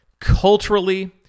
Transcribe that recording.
culturally